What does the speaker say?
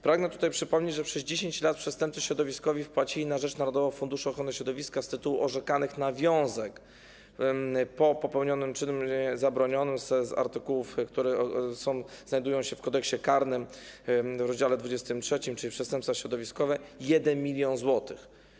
Pragnę tutaj przypomnieć, że przez 10 lat przestępcy środowiskowi wpłacili na rzecz narodowego funduszu ochrony środowiska z tytułu orzekanych nawiązek po popełnionym czynie zabronionym z artykułów, które znajdują się w Kodeksie karnym w rozdziale XXII dotyczącym przestępstw środowiskowych, 1 mln zł.